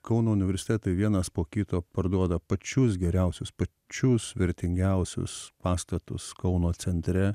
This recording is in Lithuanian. kauno universitetai vienas po kito parduoda pačius geriausius pačius vertingiausius pastatus kauno centre